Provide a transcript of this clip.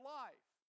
life